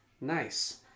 Nice